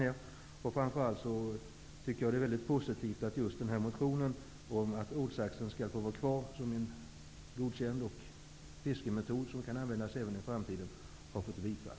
Framför allt tycker jag att det är positivt att motionen om ålsaxen som en godkänd fiskemetod att användas även i framtiden har tillstyrkts.